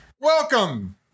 Welcome